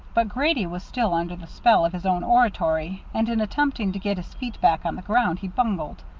but grady was still under the spell of his own oratory, and in attempting to get his feet back on the ground, he bungled.